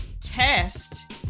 test